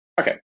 Okay